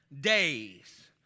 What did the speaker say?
days